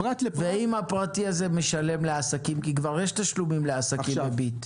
ואם הפרטי הזה משלם לעסקים כי כבר יש תשלומים לעסקים ב"ביט"